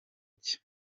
cye